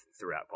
throughout